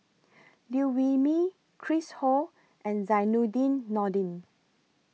Liew Wee Mee Chris Ho and Zainudin Nordin